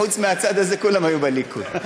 חוץ מהצד הזה, כולם היו בליכוד.